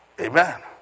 Amen